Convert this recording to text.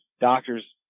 Doctors